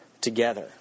together